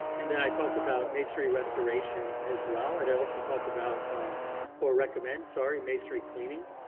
and then i talked about masonry restoration as well, and i also talk about or recommend, sorry, masonry cleaning,